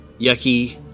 yucky